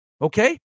okay